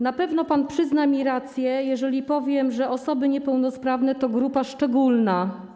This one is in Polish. Na pewno pan przyzna mi rację, jeżeli powiem, że osoby niepełnosprawne to grupa szczególna.